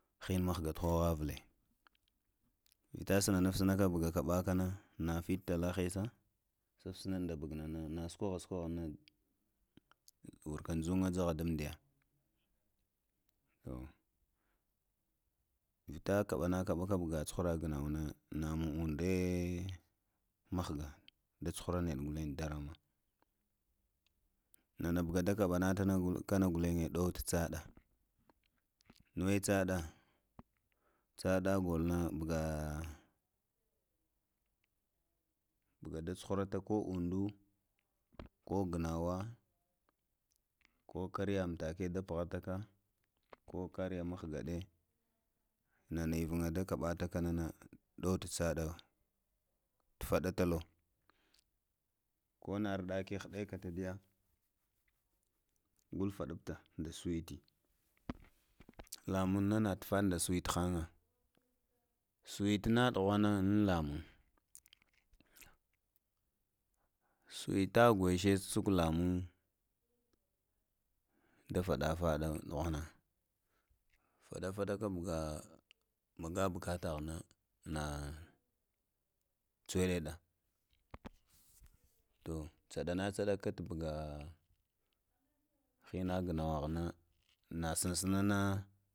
Hiya muhga to haha vle vita sna wafta sna gu ga wa ɓana, na fit tala, hesa, satsna, na squa hn squaha mun, wurka ntsunga, dagha damdiya, vita kaɓa na kaɓa na kabuga tsuhara ganau na nama udai, muhga da tsuhra muntar, nana uga ta kaɓa nat na kana kuleh ɗon tsaɗa, nuwe tsaɗa, tsada gol na, buga da tsahurata ko udud ko gnawa ko kariya mtake ta pughataka ko kariya mahgaɗe, nana avia nda kaɓatagna ɗots tsaɗa tfadalo dughwana take hɗeka ko fɗata da swetin lamang na na amfani nda switi lamaŋ na na amfani da switi han, swinna ɗughwanna ah lamaŋ swita ngoshe susuk lamang da tada fada, fada fadaka buga laga bukataha nama tsewe da ɗa to tsaɗa na tsaɗata buga hinagnə a hən na snsna hə